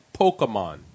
Pokemon